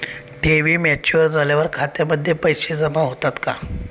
ठेवी मॅच्युअर झाल्यावर खात्यामध्ये पैसे जमा होतात का?